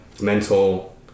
mental